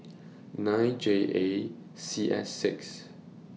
nine J A C S six